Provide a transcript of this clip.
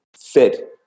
fit